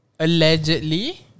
allegedly